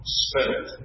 spirit